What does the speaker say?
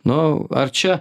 nu ar čia